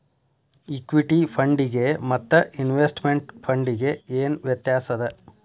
Equity ಫಂಡಿಗೆ ಮತ್ತ investment ಫಂಡಿಗೆ ಏನ್ ವ್ಯತ್ಯಾಸದ?